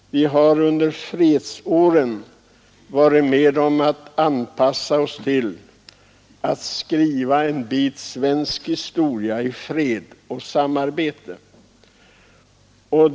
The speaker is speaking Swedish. Vi har anpassat oss till den nya tiden och under fredsåren varit med om att skriva en bit svensk historia i fred och samarbete.